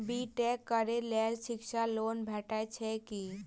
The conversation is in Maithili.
बी टेक करै लेल शिक्षा लोन भेटय छै की?